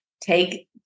take